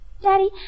Daddy